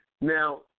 Now